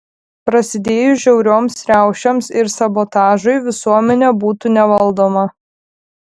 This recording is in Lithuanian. prasidėjus žiaurioms riaušėms ir sabotažui visuomenė būtų nevaldoma